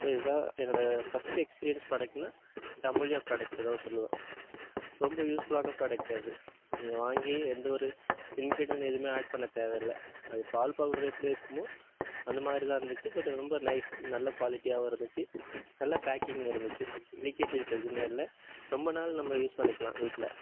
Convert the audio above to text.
so இதுதான் என்னோடய first experience ப்ராடெக்ட்னா இந்த அமுல்யா ப்ராடெக்ட் தான் சொல்லுவேன் ரொம்ப யூஸ்ஃபுல்லான ப்ராடெக்ட் அது நீங்கள் வாங்கி எந்தவொரு இன்க்ரீடியண்ட் எதுவுமே ஆட் பண்ண தேவையில்ல அது பால் பவ்டர் எப்படி இருக்குமோ அந்தமாதிரிதான் இருந்துச்சு பட் இது ரொம்ப நைஸ் நல்ல குவாலிட்டியாவும் இருந்துச்சி நல்ல பேக்கிங்கும் இருந்துச்சி லீகேஜஸ் எதுவுமே இல்லை ரொம்ப நாள் நம்ம யூஸ் பண்ணிக்கலாம் வீட்ல